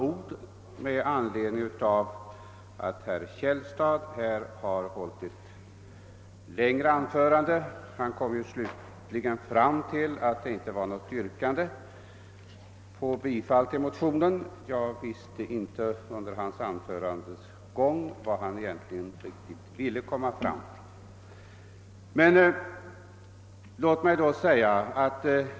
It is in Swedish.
Emellertid har herr Källstad nu hållit ett längre anförande, som mynnade ut i att han inte ville framställa något yrkande om bifall till motionen; jag visste inte under anförandets gång vad herr Källstad egentligen skulle komma fram till.